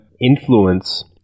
influence